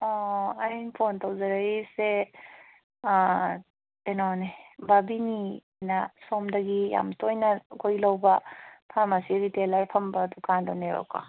ꯑꯣ ꯑꯩꯅ ꯐꯣꯟ ꯇꯧꯖꯔꯛꯏꯁꯦ ꯀꯩꯅꯣꯅꯦ ꯕꯥꯕꯤꯅꯤꯅ ꯁꯣꯝꯗꯒꯤ ꯌꯥꯝ ꯇꯣꯏꯅ ꯑꯩꯈꯣꯏ ꯂꯧꯕ ꯐꯥꯔꯃꯥꯁꯤ ꯔꯤꯇꯦꯜꯂꯔ ꯐꯝꯕ ꯗꯨꯀꯥꯟꯗꯨꯅꯦꯕꯀꯣ